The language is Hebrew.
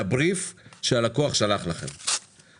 בהתחלה חשבתי שזה משהו ספציפי מול אותו מגזר.